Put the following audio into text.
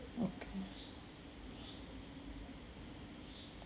okay